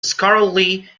scholarly